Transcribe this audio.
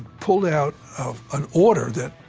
pulled out an order that